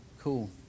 Cool